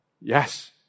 Yes